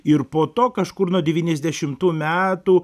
ir po to kažkur nuo devyniasdešimtų metų